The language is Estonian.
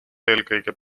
eelkõige